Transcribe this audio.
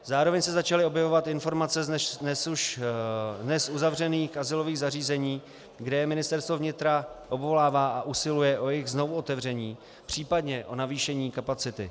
Zároveň se začaly objevovat informace z dnes už uzavřených azylových zařízení, kde je Ministerstvo vnitra obvolává a usiluje o jejich znovuotevření, případně o navýšení kapacity.